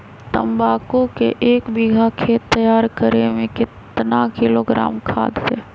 तम्बाकू के एक बीघा खेत तैयार करें मे कितना किलोग्राम खाद दे?